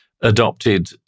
adopted